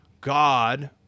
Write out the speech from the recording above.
God